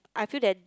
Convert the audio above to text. I feel that